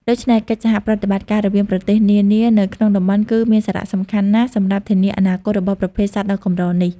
ដូច្នេះ កិច្ចសហប្រតិបត្តិការរវាងប្រទេសនានា នៅក្នុងតំបន់គឺមានសារៈសំខាន់ណាស់សម្រាប់ធានាអនាគតរបស់ប្រភេទសត្វដ៏កម្រនេះ។